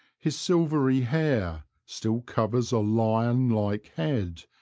his silvery hair still covers a lion-like head,